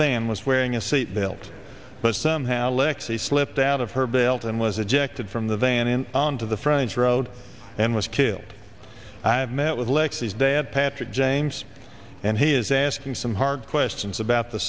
van was wearing a seatbelt but somehow lexi slipped out of her belt and was ejected from the van and on to the friend's road and was killed i have met with lexi's dad patrick james and he is asking some hard questions about the